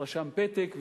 רשם פתק,